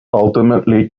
ultimately